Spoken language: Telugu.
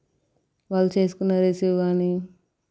వాళ్ళు చేసుకున్న రిసీవ్ కానీ